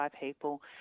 people